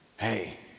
Hey